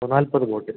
ഓ നാൽപ്പത് ബോട്ടിൽ